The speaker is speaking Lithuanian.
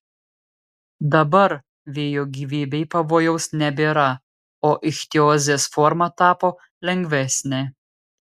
dabar vėjo gyvybei pavojaus nebėra o ichtiozės forma tapo lengvesnė